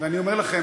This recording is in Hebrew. ואני אומר לכם,